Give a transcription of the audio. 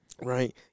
Right